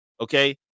Okay